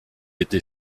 été